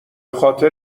خاطر